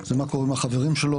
זה מה קורה עם החברים שלו,